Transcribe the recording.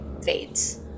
fades